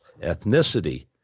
ethnicity